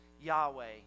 Yahweh